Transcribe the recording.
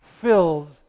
fills